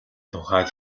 тухайд